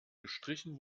gestrichen